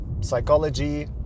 psychology